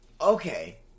Okay